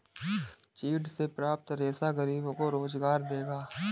चीड़ से प्राप्त रेशा गरीबों को रोजगार देगा